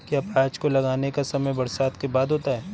क्या प्याज को लगाने का समय बरसात के बाद होता है?